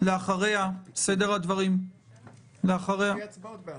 לאחריה סדר הדברים --- יהיו הצבעות ב-16:00.